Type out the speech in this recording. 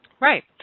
Right